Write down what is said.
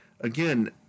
again